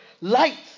Light